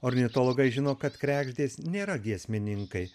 ornitologai žino kad kregždės nėra giesmininkai